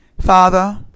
Father